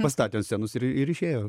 pastatė ant scenos ir ir išėjo